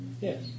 Yes